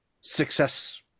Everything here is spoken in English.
success